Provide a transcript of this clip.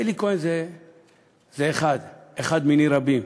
אלי כהן הוא אחד, אחד מני רבים.